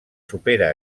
supera